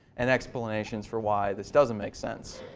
and explanations for why this doesn't make sense.